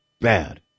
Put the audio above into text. bad